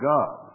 God